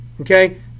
okay